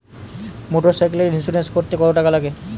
মোটরসাইকেলের ইন্সুরেন্স করতে কত টাকা লাগে?